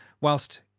whilst